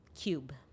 Cube